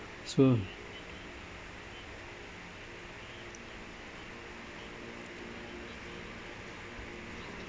so